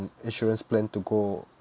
insurance plan to go